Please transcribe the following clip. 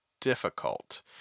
difficult